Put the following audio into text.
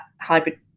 hybrid